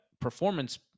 performance